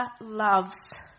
loves